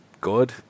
good